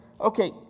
okay